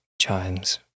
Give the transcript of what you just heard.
chimes